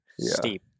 Steep